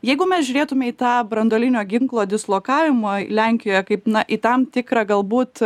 jeigu mes žiūrėtume į tą branduolinio ginklo dislokavimą lenkijoje kaip na į tam tikrą galbūt